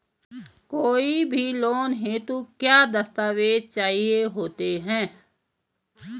कोई भी लोन हेतु क्या दस्तावेज़ चाहिए होते हैं?